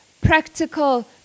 practical